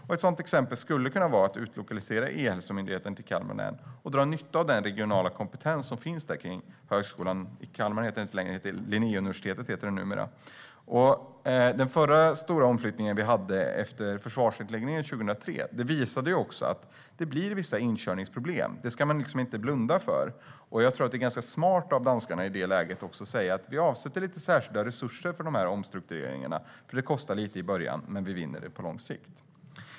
Ett sådant exempel kunde vara att utlokalisera E-hälsomyndigheten till Kalmar län och dra nytta av den regionala kompetens som finns kring Linnéuniversitetet, som den tidigare högskolan numera heter. Den stora omflyttning vi hade efter försvarsnedläggningarna 2003 har visat att det kan bli vissa inkörningsproblem; det ska man inte blunda för. Därför är det ganska smart av danskarna att i det läget avsätta särskilda resurser för omstruktureringarna. Det kostar lite grann i början, men man vinner på det i längden.